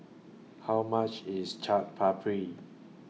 How much IS Chaat Papri